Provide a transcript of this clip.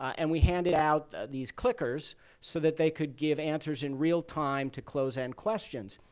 and we handed out these clickers so that they could give answers in real time to close-end questions.